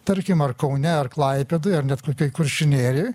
tarkim ar kaune ar klaipėdoj ar net kokioj kuršių nerijoj